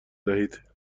دهید